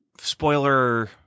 spoiler